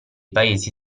paesi